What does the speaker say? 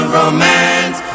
romance